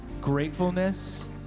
gratefulness